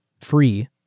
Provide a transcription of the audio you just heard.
free